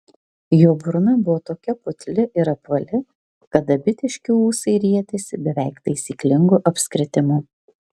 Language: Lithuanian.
jo burna buvo tokia putli ir apvali kad dabitiški ūsai rietėsi beveik taisyklingu apskritimu